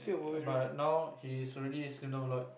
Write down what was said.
but now he is already slim down a lot